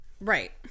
Right